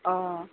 অঁ